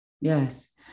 yes